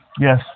Yes